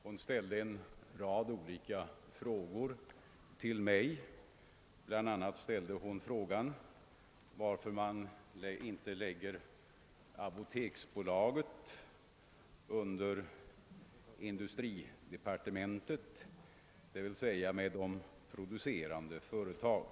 Hon ställde en rad frågor till mig, bl.a. varför man inte lägger apoteksbolaget under industridepartementet tillsammans med de andra producerande företagen.